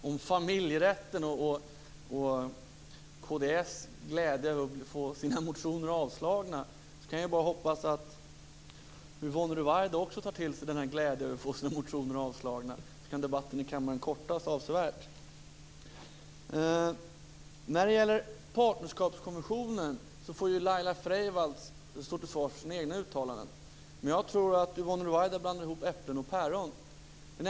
Herr talman! Beträffande familjerätten och Kristdemokraternas glädje över att få sina motioner avstyrkta, kan jag bara hoppas att Yvonne Ruwaida också tar till sig den här glädjen över att få sina motioner avstyrkta, så kan debatten i kammaren kortas avsevärt. När det gäller Partnerskapskommissionen får Laila Freivalds stå till svars för sina egna uttalanden. Men jag tror att Yvonne Ruwaida blandar ihop äpplen och päron.